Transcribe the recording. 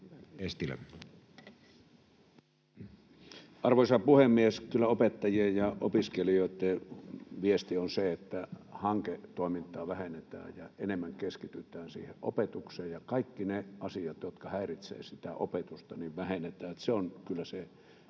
Content: Arvoisa puhemies! Kyllä opettajien ja opiskelijoiden viesti on se, että hanketoimintaa vähennetään ja enemmän keskitytään siihen opetukseen, ja kaikkia niitä asioita, jotka häiritsevät sitä opetusta, vähennetään. Se on kyllä se